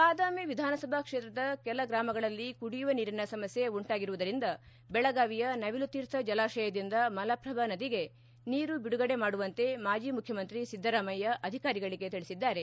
ಬಾದಾಮಿ ವಿಧಾನಸಭಾ ಕ್ಷೇತ್ರದ ಕೆಲ ಗ್ರಾಮಗಳಲ್ಲಿ ಕುಡಿಯುವ ನೀರಿನ ಸಮಸ್ಯೆ ಉಂಟಾಗಿರುವುದರಿಂದ ಬೆಳಗಾವಿಯ ನವಿಲು ತೀರ್ಥ ಜಲಾಶಯದಿಂದ ಮಲಪ್ರಭಾ ನದಿಗೆ ನೀರು ಬಿಡುಗಡೆ ಮಾಡುವಂತೆ ಮಾಜಿ ಮುಖ್ಯಮಂತ್ರಿ ಸಿದ್ದರಾಮಯ್ಯ ಅಧಿಕಾರಿಗಳಿಗೆ ತಿಳಿಸಿದ್ದಾರೆ